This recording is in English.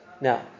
Now